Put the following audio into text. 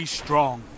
strong